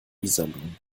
iserlohn